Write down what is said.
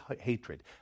hatred